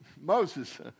moses